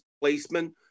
placement